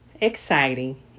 exciting